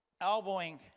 elbowing